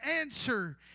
answer